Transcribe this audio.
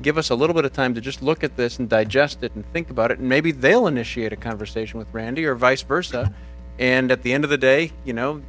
give us a little bit of time to just look at this and digest it and think about it maybe they'll initiate a conversation with randy or vice versa and at the end of the day you know